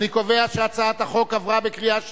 אני קובע שהצעת החוק התקבלה בקריאה שנייה.